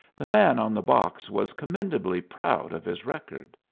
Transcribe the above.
the man on the box was commendably proud of his record.